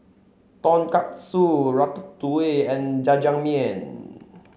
Tonkatsu Ratatouille and Jajangmyeon